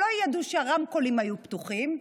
שלא ידעו שהרמקולים היו פתוחים,